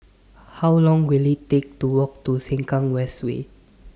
How Long Will IT Take to Walk to Sengkang West Way